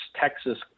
Texas